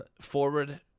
Forward